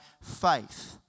faith